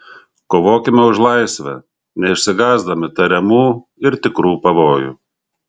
kovokime už laisvę neišsigąsdami tariamų ir tikrų pavojų